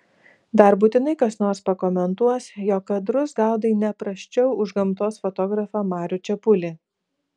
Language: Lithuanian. dar būtinai kas nors pakomentuos jog kadrus gaudai ne prasčiau už gamtos fotografą marių čepulį